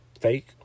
fake